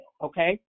okay